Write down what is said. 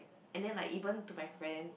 and then like even to my friends